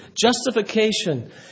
Justification